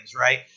right